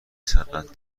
صنعت